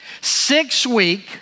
Six-week